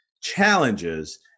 challenges